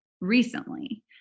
recently